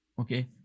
Okay